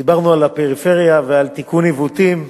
דיברנו על הפריפריה ועל תיקון עיוותים.